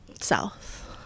south